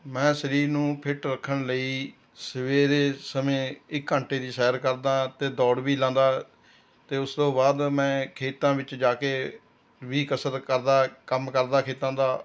ਮੈਂ ਸਰੀਰ ਨੂੰ ਫਿੱਟ ਰੱਖਣ ਲਈ ਸਵੇਰੇ ਸਮੇਂ ਇੱਕ ਘੰਟੇ ਦੀ ਸੈਰ ਕਰਦਾ ਅਤੇ ਦੌੜ ਵੀ ਲਾਉਂਂਦਾ ਅਤੇ ਉਸਤੋਂ ਬਾਅਦ ਮੈਂ ਖੇਤਾਂ ਵਿੱਚ ਜਾ ਕੇ ਵੀ ਕਸਰਤ ਕਰਦਾ ਕੰਮ ਕਰਦਾ ਖੇਤਾਂ ਦਾ